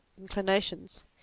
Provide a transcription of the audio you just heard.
inclinations